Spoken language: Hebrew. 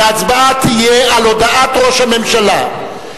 וההצבעה תהיה על הודעת ראש הממשלה.